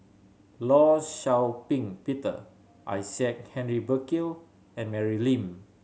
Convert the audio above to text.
Law Shau Ping Peter Isaac Henry Burkill and Mary Lim